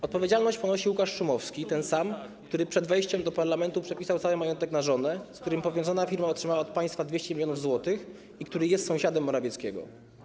Odpowiedzialność ponosi Łukasz Szumowski, ten sam, który przed wejściem do parlamentu przepisał cały majątek na żonę, z którym powiązana firma otrzymała od państwa 200 mln zł i który jest sąsiadem Morawieckiego.